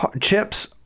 chips